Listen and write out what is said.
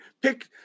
pick